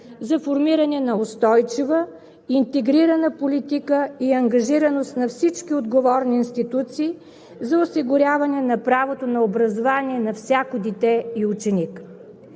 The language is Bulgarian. за формиране на устойчива, интегрирана политика и ангажираност на всички отговорни институции за осигуряване на правото на образование на всяко дете и ученик.